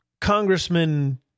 Congressman